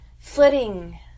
flitting